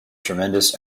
tremendous